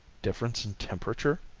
difference in temperature?